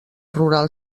rural